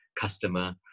customer